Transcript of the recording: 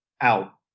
out